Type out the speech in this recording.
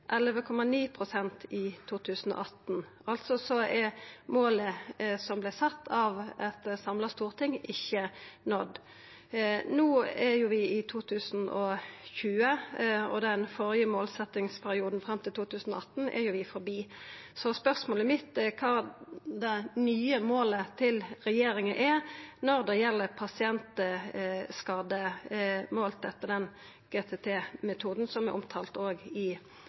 pst. i 2018. Altså er målet som vart sett av eit samla storting, ikkje nådd. No er vi i 2020, og den førre målsetjingsperioden, fram til 2018, er vi jo forbi. Så spørsmålet mitt er kva som er det nye målet til regjeringa når det gjeld pasientskadar, målt etter GTT-metoden, som òg er omtalt i